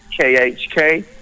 KHK